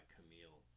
Camille